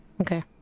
okay